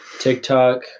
TikTok